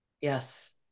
yes